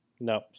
No